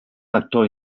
lector